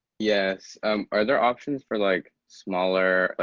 yes, um, are there options for like smaller, like,